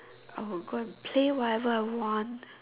I will go and play whatever I want